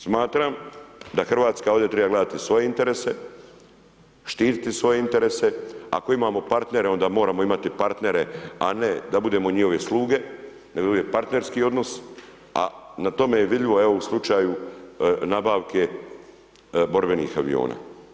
Smatram da RH ovdje treba gledati svoje interese, štititi svoje interese, ako imamo partnere, onda moramo imati partnere, a ne da budemo njihove sluge, nego da bude partnerski odnos, a na tome je vidljivo evo u slučaju nabavke borbenih aviona.